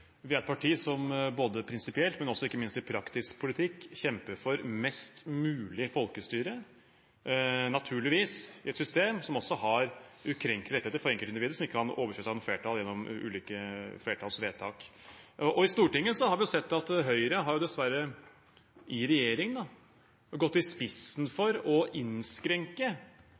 Vi er et parti som både prinsipielt og ikke minst i praktisk politikk kjemper for mest mulig folkestyre, naturligvis i et system som også har ukrenkelige rettigheter for enkeltindivider, som ikke kan overkjøres av noe flertall gjennom ulike flertallsvedtak. I Stortinget har vi sett at Høyre i regjering dessverre har gått i spissen for å innskrenke